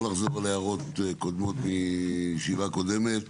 לא לחזור על ההערות קודמות מהישיבה הקודמת.